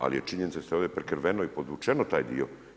Ali, je činjenica da je ovdje prekriveno i podvučeno taj dio.